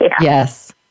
Yes